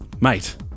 mate